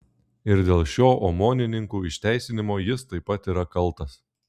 ir dėl šio omonininkų išteisinimo jis taip pat yra kaltas